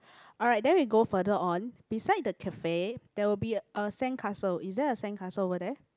alright then we go further on beside the cafe there will be a sand castle is there a sand castle over there